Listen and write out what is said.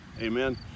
Amen